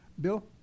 Bill